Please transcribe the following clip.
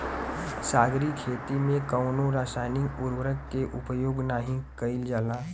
सागरीय खेती में कवनो रासायनिक उर्वरक के उपयोग नाही कईल जाला